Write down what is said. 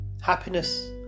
Happiness